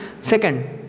Second